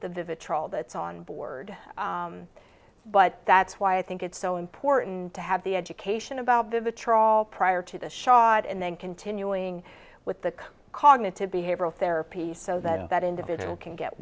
vivitrol that's on board but that's why i think it's so important to have the education about them the trawl prior to the shot and then continuing with the cognitive behavioral therapy so that that individual can get